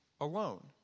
alone